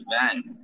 event